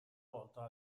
volta